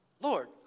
Lord